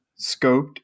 scoped